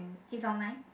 he's online